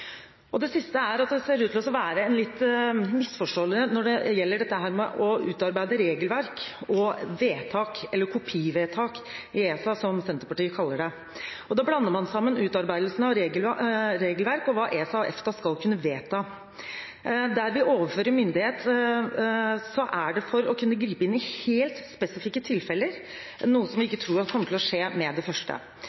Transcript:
marked. Det siste er at det ser ut til å være en liten misforståelse når det gjelder dette med å utarbeide regelverk og vedtak i ESA – eller kopivedtak, som Senterpartiet kaller det. Da blander man sammen utarbeidelsen av regelverk og hva ESA og EFTA skal kunne vedta. Der vi overfører myndighet, er det for å kunne gripe inn i helt spesifikke tilfeller, noe som vi